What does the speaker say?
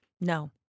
No